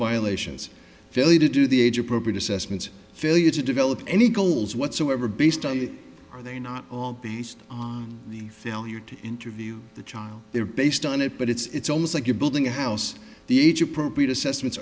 violations failure to do the age appropriate assessments failure to develop any goals whatsoever based on are they not all based on the failure to interview the child they're based on it but it's almost like you're building a house the age appropriate assessments